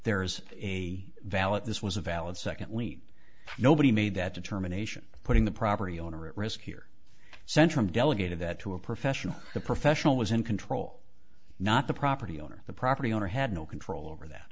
there is a valid this was a valid secondly nobody made that determination putting the property owner at risk here centrum delegated that to a professional the professional was in control not the property owner the property owner had no control over that